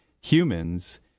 humans